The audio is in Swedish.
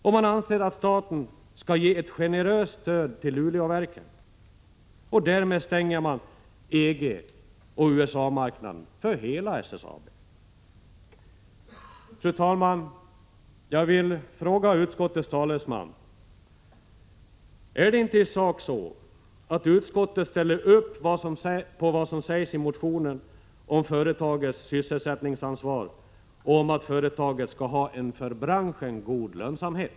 Och man anser att staten skall ge ett generöst stöd till Luleåverket, och därmed stänger man EG och USA-marknaden för hela SSAB. Fru talman! Jag vill fråga utskottets talesman: Är det inte i sak så att utskottet ställer upp på vad som sägs i motionen om företagets sysselsättningsansvar och om att företaget skall ha en för branschen god lönsamhet?